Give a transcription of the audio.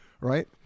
Right